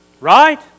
Right